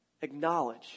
Acknowledge